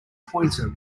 pointer